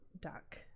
duck